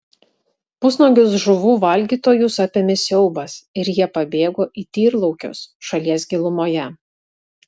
pusnuogius žuvų valgytojus apėmė siaubas ir jie pabėgo į tyrlaukius šalies gilumoje